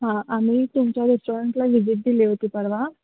हां आम्ही तुमच्या रेस्टॉरंटला व्हिजिट दिली होती परवा